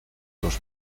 los